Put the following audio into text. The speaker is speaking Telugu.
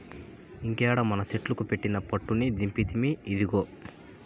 ఇంకేడ మనసెట్లుకు పెట్టిన పట్టుని దింపితిమి, ఇదిగో